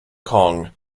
kong